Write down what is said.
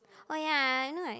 oh ya you know like